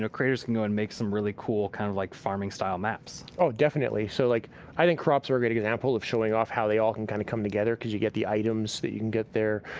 creators can go and make some really cool kind of like farming-style maps. oh, definitely. so like i think crops are a great example of showing off how they all can kind of come together because you get the items that you can get there.